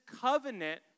covenant